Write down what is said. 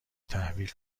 تحویل